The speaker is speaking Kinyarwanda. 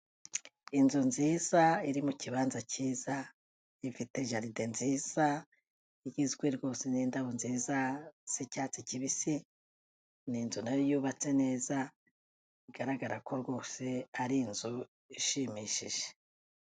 Inzu nziza iri mu kibanza cyiza, ifite jaride nziza, igizwe rwose n'indabo nziza z'icyatsi kibisi, ni inzu nayo yubatse neza bigaragara ko rwose ari inzu ishimishije.